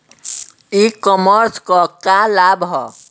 ई कॉमर्स क का लाभ ह?